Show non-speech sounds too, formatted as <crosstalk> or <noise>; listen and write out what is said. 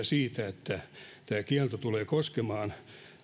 <unintelligible> siitä että tämä kielto tulee koskemaan